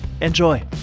Enjoy